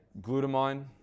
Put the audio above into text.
glutamine